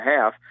half